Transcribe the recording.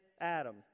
Adam